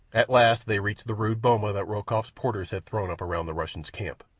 at last they reached the rude boma that rokoff's porters had thrown up round the russian's camp.